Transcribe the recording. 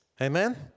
Amen